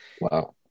Wow